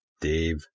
Dave